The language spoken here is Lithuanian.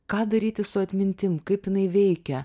ką daryti su atmintim kaip jinai veikia